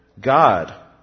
God